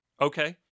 Okay